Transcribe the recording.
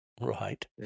right